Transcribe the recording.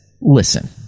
Listen